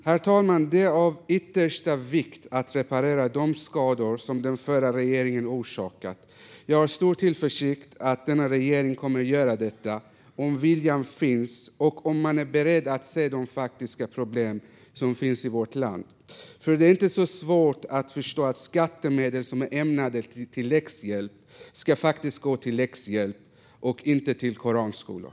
Herr talman! Det är av yttersta vikt att reparera de skador som den förra regeringen har orsakat. Jag har stor tillförsikt att den här regeringen kommer att göra det om viljan finns och om man är beredd att se de faktiska problem som finns i vårt land. Det är inte så svårt att förstå att skattemedel som är ämnade till läxhjälp faktiskt ska gå till läxhjälp och inte till koranskolor.